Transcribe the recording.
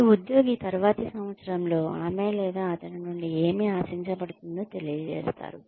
ప్రతి ఉద్యోగి తరువాతి సంవత్సరంలో ఆమె లేదా అతని నుండి ఏమి ఆశించబడుతుందో తెలియజేస్తారు